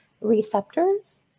receptors